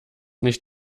nicht